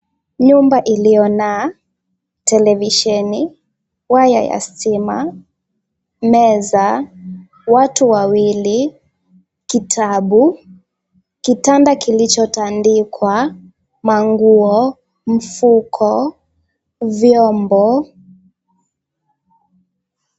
Nyumba iliyo na televisheni, waya ya stima, meza, watu wawili, kitabu, kitanda kilichotandikwa, manguo, mfuko, vyombo.